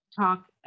talk